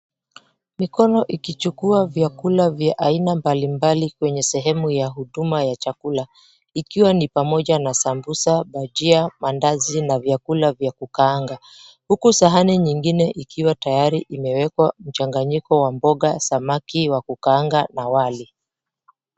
Mikono ikichukua vyakula vya aina mbalimbali kwenye sehemu ya huduma ya chakula. Ikiwa ni pamoja na sambusa, bajia, mandazi na vyakula vya kukaanga. Huku sahani nyingine ikiwa tayari imewekwa mchanganyiko wa mboga, samaki wa kukaanga na wali.